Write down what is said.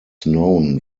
known